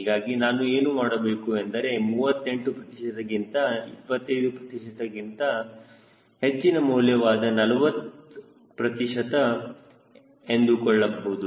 ಹೀಗಾಗಿ ನಾನು ಏನು ಮಾಡಬೇಕು ಎಂದರೆ 38 ಪ್ರತಿಶತ ಗಿಂತ ನಾನು 25 ಪ್ರತಿಶತದಿಂದ ಹೆಚ್ಚಿನ ಮೌಲ್ಯವಾದ 40 ಪ್ರತಿಶತ ಎಂದುಕೊಳ್ಳಬಹುದು